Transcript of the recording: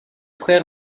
frères